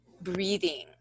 breathing